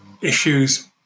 issues